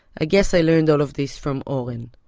ah guess i learned all of this from oren.